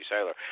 sailor